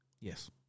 Yes